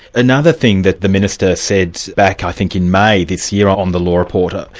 another thing that the minister said back i think in may this year on the law report, ah